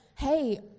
hey